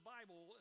Bible